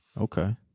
Okay